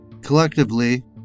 Collectively